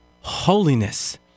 Holiness